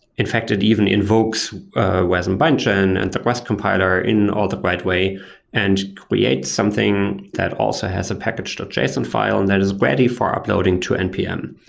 in fact, it even invokes wasm-bindgen and the rust compiler in all the right way and create something that also has a package json file and that is ready for uploading to npm.